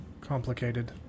complicated